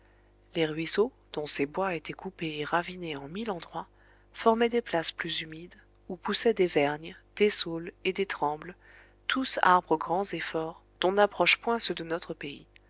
les ruisseaux dont ces bois étaient coupés et ravinés en mille endroits formaient des places plus humides où poussaient des vergnes des saules et des trembles tous arbres grands et forts dont n'approchent point ceux de notre pays